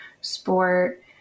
sport